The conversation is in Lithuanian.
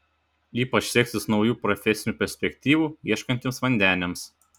ypač seksis naujų profesinių perspektyvų ieškantiems vandeniams